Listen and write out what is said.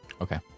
Okay